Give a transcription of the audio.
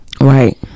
Right